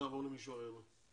נעבור למישהו אחר.